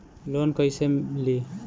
Loan कईसे ली?